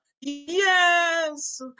Yes